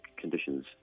conditions